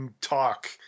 talk